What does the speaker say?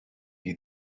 you